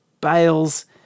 bales